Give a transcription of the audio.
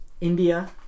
India